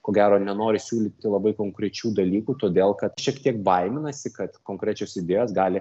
ko gero nenori siūlyti labai konkrečių dalykų todėl kad šiek tiek baiminasi kad konkrečios idėjos gali